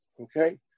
Okay